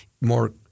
more